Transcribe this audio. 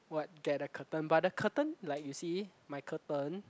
what get a curtain but the curtain like you see my curtain